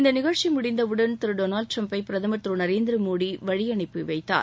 இந்த நிகழ்ச்சி முடிந்தவுடன் திரு டொனால்டு டிரம்ப்பை பிரதமர் திரு நரேந்திர மோடி வழியனுப்பி வைத்தார்